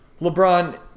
LeBron